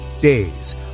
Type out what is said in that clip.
days